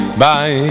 bye